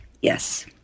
yes